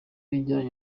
ijyanye